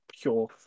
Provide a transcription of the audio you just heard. pure